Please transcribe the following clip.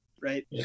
right